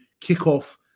kickoff